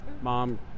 mom